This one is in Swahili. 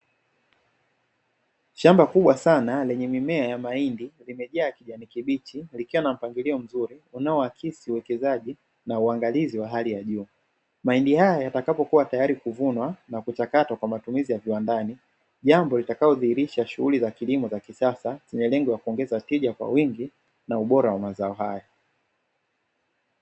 Shamba kubwa sana lenye mimea ya mahindi, limejaa kijani kibichi, likiwa na mpangilio mzuri unaoakisi uwekezaji na uangalizi wa hali ya juu; mahindi haya yatakapokuwa tayari kuvunwa na kuchakatwa kwa matumizi ya viwandani, jambo litakalodhihirisha kuwa shughuli za kilimo za kisasa zenye lengo la kuongeza tija kwa wingi na ubora wa mazao haya.